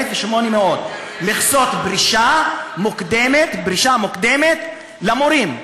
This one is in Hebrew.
1,800 מכסות פרישה מוקדמת למורים.